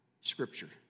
scripture